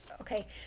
Okay